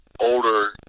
older